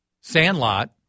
Sandlot